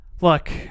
Look